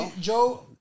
Joe